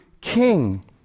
king